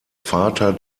vater